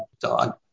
dog